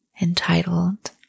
entitled